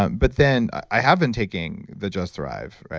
but then, i have been taking the just thrive.